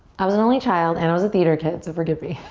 i was an only child and i was a theater kid so forgive me.